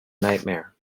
nightmare